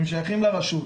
הם שייכים לרשות.